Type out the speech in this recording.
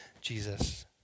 Jesus